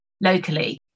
locally